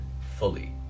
fully